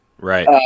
Right